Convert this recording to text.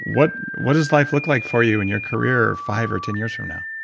what what does life look like for you in your career five or ten years from now?